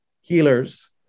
healers